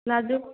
লাজু